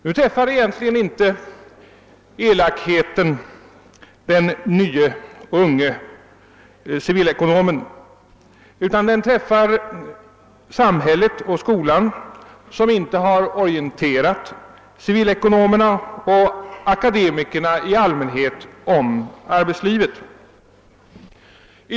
Nu drabbar egentligen elakheten inte den nye, unge civilekonomen utan samhället och skolan som inte har orienterat civilekonomerna och akademikerna i allmänhet om arbetslivet.